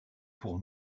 pour